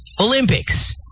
Olympics